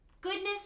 Goodness